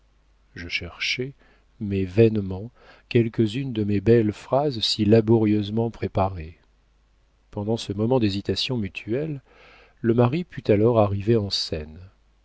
je cherchai mais vainement quelques unes de mes belles phrases si laborieusement préparées pendant ce moment d'hésitation mutuelle le mari put alors arriver en scène